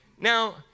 Now